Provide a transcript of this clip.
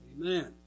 Amen